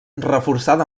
reforçada